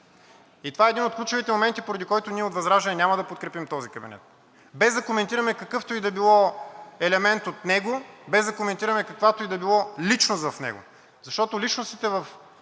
И това е един от ключовите моменти, поради който ние от ВЪЗРАЖДАНЕ няма да подкрепим този кабинет. Без да коментираме какъвто и да било елемент от него. Без да коментираме каквато и да било личност в него, защото личностите в